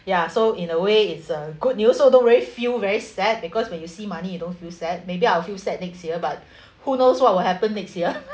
ya so in a way it's uh good news although very few very sad because when you see money you don't feel sad maybe I'll feel sad next year but who knows what will happen next year